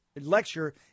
lecture